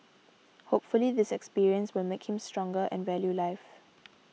hopefully this experience will make him stronger and value life